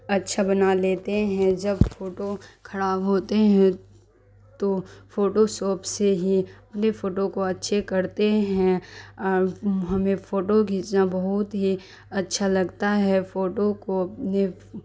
اچھا بنا لیتے ہیں جب فوٹو خراب ہوتے ہیں تو فوٹو ساپ سے ہی اپنے فوٹو کو اچھے کرتے ہیں ہمیں فوٹو کھیچنا بہت ہی اچھا لگتا ہے فوٹو کو